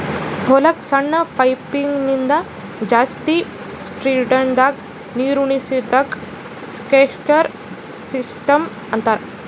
ಹೊಲಕ್ಕ್ ಸಣ್ಣ ಪೈಪಿನಿಂದ ಜಾಸ್ತಿ ಸ್ಪೀಡದಾಗ್ ನೀರುಣಿಸದಕ್ಕ್ ಸ್ಪ್ರಿನ್ಕ್ಲರ್ ಸಿಸ್ಟಮ್ ಅಂತಾರ್